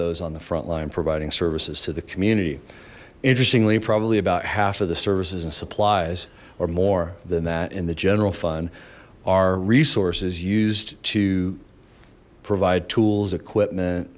those on the front line providing services to the community interestingly probably about half of the services and supplies or more than that in the general fund our resources used to provide tools equipment